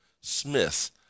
Smith